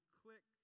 click